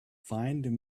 find